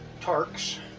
Tark's